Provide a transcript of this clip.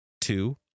Two